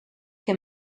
que